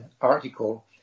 article